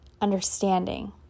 understanding